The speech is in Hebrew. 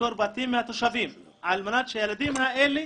מהתושבים על מנת שהילדים האלה